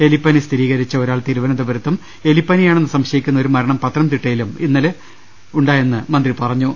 എലിപ്പനി സ്ഥിരീകരിച്ച ഒരാ്ൾ തിരുവനന്തപുരത്തും എലിപ്പനിയാണെന്ന് സംശ യിക്കുന്ന ഒരും മരണം പത്തനംതിട്ടയിലും ഇന്നലെ ഉണ്ടായെന്നും മന്ത്രി പറഞ്ഞു